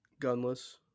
gunless